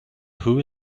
who